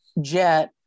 jet